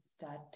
start